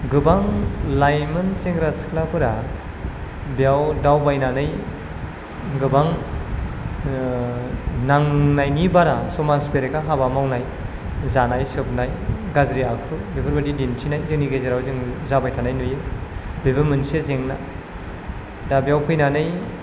गोबां लाइमोन सेंग्रा सिख्लाफोरा बेयाव दावबायनानै गोबां नांनायनि बारा समाज बेरेखा हाबा मावनाय जानाय सोबनाय गाज्रि आखु बेफोरबादि दिन्थिनाय जोंनि गेजेराव जों जाबाय थानाय नुयो बेबो मोनसे जेंना दा बेयाव फैनानै